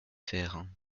fers